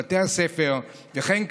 בבתי הספר וכן,